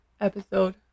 episode